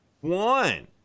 one